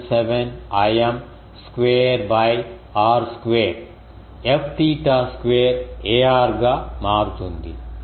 77 Im square by r square Fθ square ar గా మారుతుంది